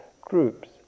groups